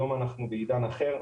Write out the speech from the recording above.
היום אנחנו בעידן אחר,